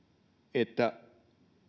että